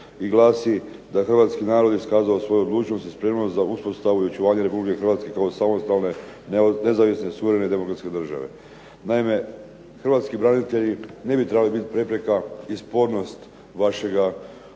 i glasi da hrvatski narod je iskazao svoju odlučnost i spremnost za uspostavu i očuvanje Republike Hrvatske kao samostalne, nezavisne, suverene, demokratske države. Naime, hrvatski branitelji ne bi trebali biti prepreka i spornost vaših